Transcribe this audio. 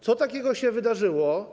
Co takiego się wydarzyło?